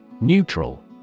Neutral